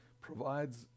provides